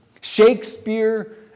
Shakespeare